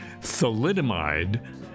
thalidomide